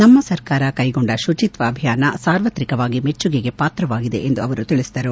ನಮ್ಮ ಸರ್ಕಾರ ಕೈಗೊಂಡ ಶುಚಿತ್ವ ಅಭಿಯಾನ ಸಾರ್ವತ್ರಿಕವಾಗಿ ಮೆಚ್ಚುಗೆಗೆ ಪಾತ್ರವಾಗಿದೆ ಎಂದು ಅವರು ತಿಳಿಸಿದರು